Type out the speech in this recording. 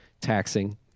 taxing